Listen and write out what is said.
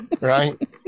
right